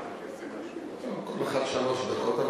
לך שלוש דקות,